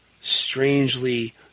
strangely